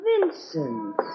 Vincent